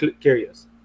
curious